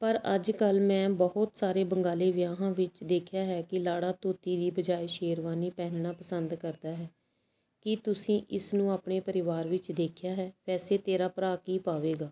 ਪਰ ਅੱਜ ਕਲ੍ਹ ਮੈਂ ਬਹੁਤ ਸਾਰੇ ਬੰਗਾਲੀ ਵਿਆਹਾਂ ਵਿੱਚ ਦੇਖਿਆ ਹੈ ਕਿ ਲਾੜਾ ਧੋਤੀ ਦੀ ਬਜਾਏ ਸ਼ੇਰਵਾਨੀ ਪਹਿਨਣਾ ਪਸੰਦ ਕਰਦਾ ਹੈ ਕੀ ਤੁਸੀਂ ਇਸ ਨੂੰ ਆਪਣੇ ਪਰਿਵਾਰ ਵਿੱਚ ਦੇਖਿਆ ਹੈ ਵੈਸੇ ਤੇਰਾ ਭਰਾ ਕੀ ਪਾਵੇਗਾ